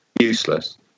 useless